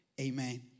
Amen